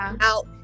out